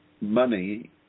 money